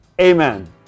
Amen